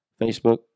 Facebook